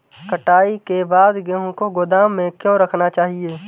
कटाई के बाद गेहूँ को गोदाम में क्यो रखना चाहिए?